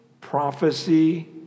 prophecy